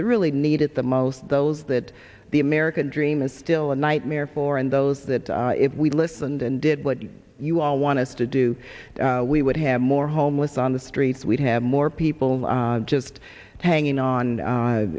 that really need it the most those that the american dream is still a nightmare for and those that if we listened and did what you all want us to do we would have more homeless on the streets we'd have more people just hanging on